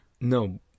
No